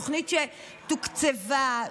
תוכנית שתוקצבה,